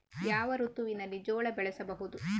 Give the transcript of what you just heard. ಯಾವ ಋತುವಿನಲ್ಲಿ ಜೋಳ ಬೆಳೆಸಬಹುದು?